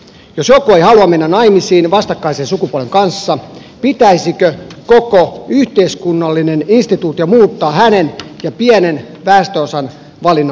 jos joku ei halua mennä naimisiin vastakkaisen sukupuolen kanssa pitäisikö koko yhteiskunnallinen instituutio muuttaa hänen ja pienen väestönosan valinnan vuoksi